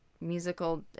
musical